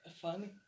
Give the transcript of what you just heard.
Funny